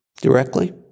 directly